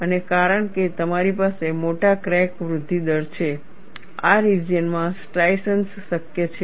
અને કારણ કે તમારી પાસે મોટા ક્રેક વૃદ્ધિ દર છે આ રિજિયન માં સ્ટ્રાઇશન્સ શક્ય છે